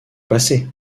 passer